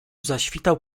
zaświtał